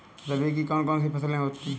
रबी की कौन कौन सी फसलें होती हैं?